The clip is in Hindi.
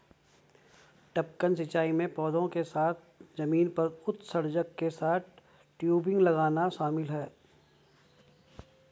टपकन सिंचाई में पौधों के साथ साथ जमीन पर उत्सर्जक के साथ टयूबिंग लगाना शामिल है